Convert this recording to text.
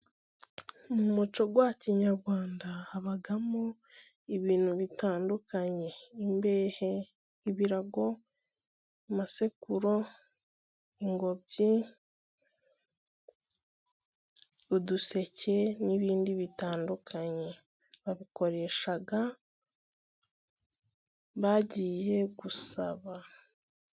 Mu muco wa kinyarwanda habamo ibintu bitandukanye，imbehe， ibirago， amasekuru， ingobyi， uduseke， n'ibindi bitandukanye， bakoresha bagiye gusaba.